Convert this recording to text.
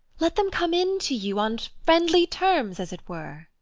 let them come in to you on friendly terms, as it were.